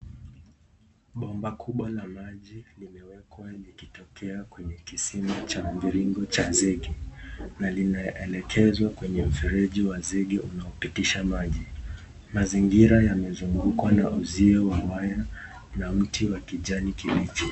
Bomba kubwa la maji limewekwa likitokea kwenye kisima cha viringo cha seki na linanaelekezwa kwenye mferechi wa seki unaopitisha maji mazingira yamezingirwa na usio wa maji na mti wa kijani kibichi.